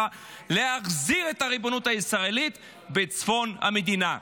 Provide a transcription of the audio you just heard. להחזיר את הריבונות הישראלית בצפון המדינה.